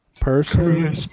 person